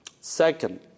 Second